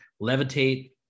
levitate